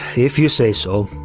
if you say so.